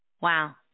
Wow